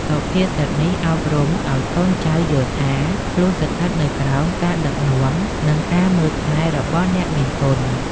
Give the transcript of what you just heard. សុភាសិតនេះអប់រំឱ្យកូនចៅយល់ថា ខ្លួនស្ថិតនៅក្រោមការដឹកនាំ និងការមើលថែរបស់អ្នកមានគុណ។